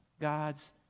God's